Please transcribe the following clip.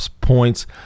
points